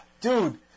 Dude